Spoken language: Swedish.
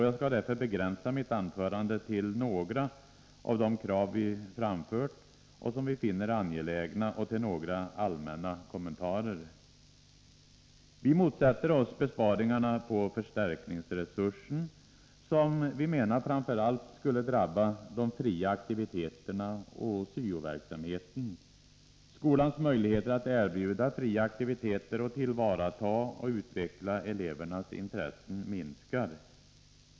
Jag skall därför begränsa mitt anförande till att beröra några av de krav som vi framfört och som vi finner angelägna och till några allmänna kommentarer. Vi motsätter oss besparingarna på förstärkningsresurser, som framför allt skulle drabba de fria aktiviteterna och syo-verksamheten. Skolans möjligheter att erbjuda fria aktiviteter och tillvarata och utveckla elevernas intressen minskar.